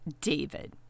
David